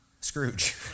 Scrooge